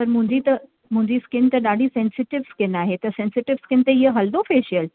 पर मुंहिंजी त मुंहिंजी स्किन त ॾाढी सेनसिटीव स्किन आहे सेनसिटीव स्किन ते इहो हलंदो फ़ेशियल